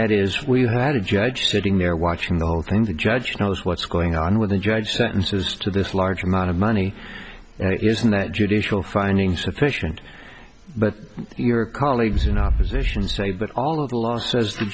that is we had a judge sitting there watching the whole thing the judge knows what's going on with the judge sentences to this large amount of money there is no judicial finding sufficient but your colleagues in opposition say that all of the laws as the